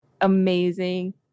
Amazing